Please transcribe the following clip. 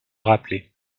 rappeler